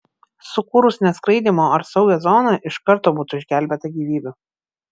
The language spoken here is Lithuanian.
sukūrus neskraidymo ar saugią zoną iš karto būtų išgelbėta gyvybių